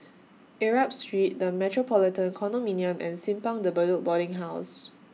Arab Street The Metropolitan Condominium and Simpang De Bedok Boarding House